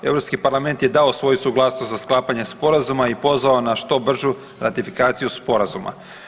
Europski parlament je dao svoju suglasnost za sklapanje sporazuma i pozvao na što bržu ratifikaciju sporazuma.